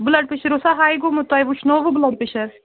blood pressure اوسا ہاے گوٚمُت تۄہہِ وُچھنووٕ بُلڈ پریشر